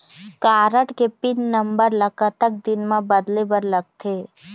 Card के pin number ला कतक दिन म बदले बर लगथे?